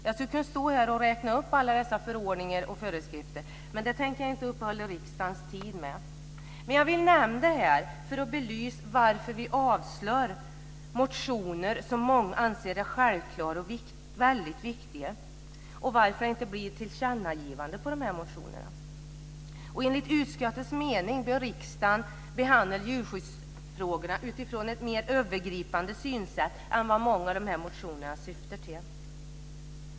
Jag skulle kunna stå här och räkna upp alla dessa förordningar och föreskrifter, men det tänker jag inte uppta riksdagens tid med. Jag vill dock nämna detta för att belysa varför vi avslår motioner som många anser är självklara och väldigt viktiga, och varför det inte blir några tillkännagivanden för de här motionerna. Enligt utskottets mening bör riksdagen behandla djurskyddsfrågorna utifrån ett mer övergripande synsätt än vad många av motionerna syftar till.